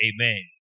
Amen